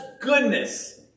goodness